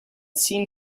seen